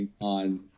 On